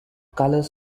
colour